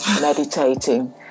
meditating